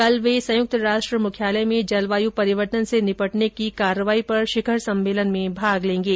कल वे संयुक्त राष्ट्र मुख्यालय में जलवायु परिवर्तन से निपटने की कार्रवाई पर शिखर सम्मेलन में भाग लेंगे